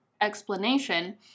explanation